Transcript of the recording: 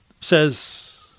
says